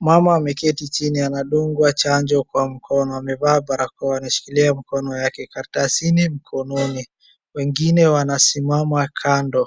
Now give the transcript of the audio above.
Mama ameketi chini anadungwa chanjo kwa mkono, amevaa barakoa, anashikilia mkono yake, karatasini mkononi. Wengine wanasimama kando.